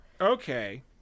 Okay